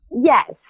Yes